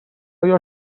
ایا